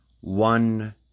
one